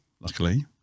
luckily